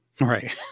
Right